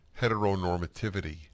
heteronormativity